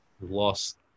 Lost